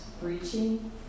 breaching